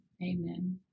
amen